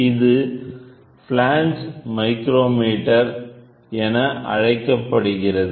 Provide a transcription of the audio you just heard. இது flange micrometer என அழைக்கப்படுகிறது